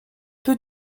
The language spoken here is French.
peu